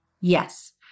Yes